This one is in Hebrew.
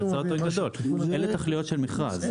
אלה תכליות של מכרז.